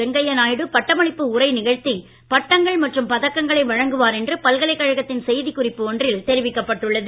வெங்கையா நாயுடு பட்டமளிப்பு உரை நிகழ்ந்தி பட்டங்கள் மற்றும் பதக்கங்களை வழங்குவார் என்று பல்கலைக்கழகத்தின் செய்திக்குறிப்பு ஒன்றில் தெரிவிக்கப் பட்டுள்ளது